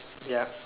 ya